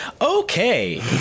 Okay